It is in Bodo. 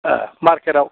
ए मारकेट आव